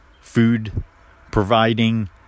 food-providing